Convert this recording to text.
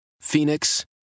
Phoenix